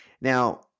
Now